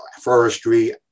forestry